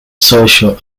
social